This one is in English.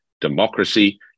democracy